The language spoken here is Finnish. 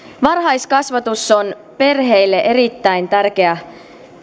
varhaiskasvatus on perheille erittäin tärkeä